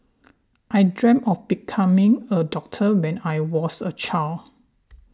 I dreamt of becoming a doctor when I was a child